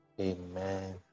amen